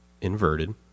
inverted